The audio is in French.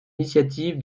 initiative